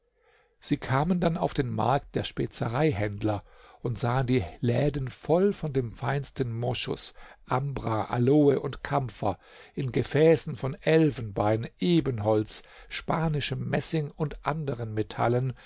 sie kamen dann auf den markt der spezereihändler und sahen die läden voll von dem feinsten moschus ambra aloe und kampfer in gefäßen von elfenbein ebenholz spanischem messing und anderen metallen